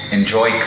Enjoy